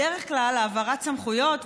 בדרך כלל העברת סמכויות,